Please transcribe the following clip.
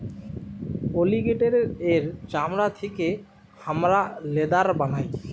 অলিগেটের এর চামড়া থেকে হামরা লেদার বানাই